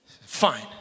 Fine